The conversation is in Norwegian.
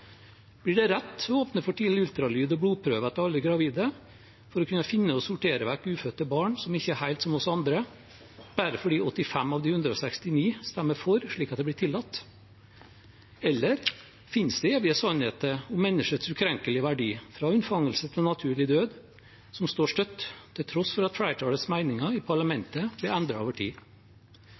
Blir det rett å åpne for tidlig ultralyd og blodprøver av alle gravide for å kunne finne og sortere vekk ufødte barn som ikke er helt som oss andre, bare fordi 85 av de 169 stemmer for, slik at det blir tillatt? Eller finnes det evige sannheter om menneskets ukrenkelige verdi fra unnfangelse til naturlig død, som står støtt, til tross for at flertallets meninger i parlamentet blir endret over tid?